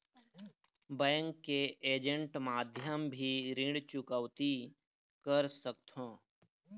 Bank के agent माध्यम भी ऋण चुकौती कर सकथों?